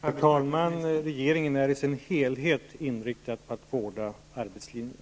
Fru talman! Regeringen är i sin helhet inriktad på att vårda arbetslinjen.